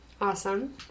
Awesome